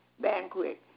banquet